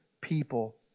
people